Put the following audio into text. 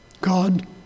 God